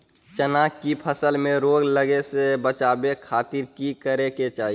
चना की फसल में रोग लगे से बचावे खातिर की करे के चाही?